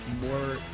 more